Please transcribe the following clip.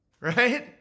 Right